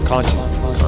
consciousness